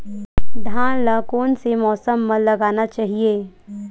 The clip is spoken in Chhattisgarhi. धान ल कोन से मौसम म लगाना चहिए?